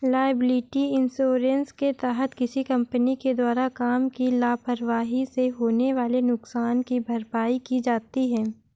liability insurance के तहत किसी कंपनी के द्वारा काम की लापरवाही से होने वाले नुकसान की भरपाई की जाती है